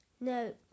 no